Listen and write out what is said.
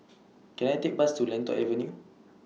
Can I Take Bus to Lentor Avenue